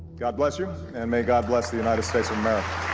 god bless you and may god bless the united states of america.